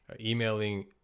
emailing